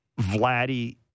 Vladdy